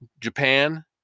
Japan